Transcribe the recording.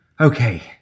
Okay